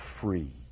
free